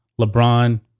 LeBron